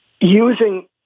using